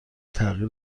تغییر